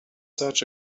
such